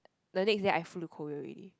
the next day I flew to Korea already